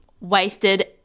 wasted